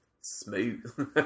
smooth